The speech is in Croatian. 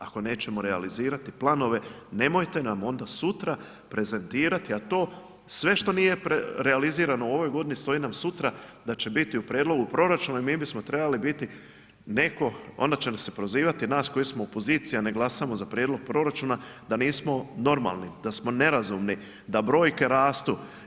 Ako nećemo realizirati planove, nemojte nam onda sutra prezentirati, a to sve što nije realizirano u ovoj godini stoji nam sutra da će biti u prijedlogu proračuna i mi bismo trebali biti netko, onda će nas se prozivati nas koji smo u opoziciji, a ne glasamo za prijedlog proračuna, da nismo normalni, da smo nerazumni, da brojke rastu.